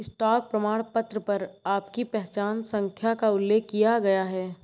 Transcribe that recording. stock प्रमाणपत्र पर आपकी पहचान संख्या का उल्लेख किया गया है